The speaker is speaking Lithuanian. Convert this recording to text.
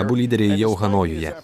abu lyderiai jau hanojuje